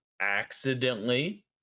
accidentally